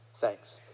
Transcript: Thanks